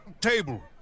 table